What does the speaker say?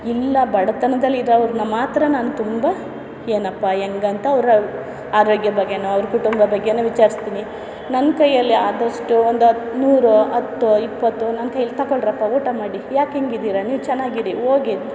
ಇಲ್ಲ ಬಡತನದಲ್ಲಿ ಇರೋವ್ರನ್ನ ಮಾತ್ರ ನಾನು ತುಂಬ ಏನಪ್ಪಾ ಹೆಂಗೆ ಅಂತ ಅವರ ಆರೋಗ್ಯ ಬಗ್ಗೆಯೋ ಅವ್ರ ಕುಟುಂಬ ಬಗ್ಗೆಯೋ ವಿಚಾರಿಸ್ತೀನಿ ನನ್ನ ಕೈಯ್ಯಲ್ಲಿ ಆದಷ್ಟು ಒಂದು ನೂರೋ ಹತ್ತೋ ಇಪ್ಪತ್ತೋ ನನ್ನ ಕೈಲಿ ತಗೊಳ್ರಪ್ಪ ಊಟ ಮಾಡಿ ಯಾಕೆ ಹಿಂಗೆ ಇದ್ದೀರ ನೀವು ಚೆನ್ನಾಗಿರಿ ಹೋಗಿ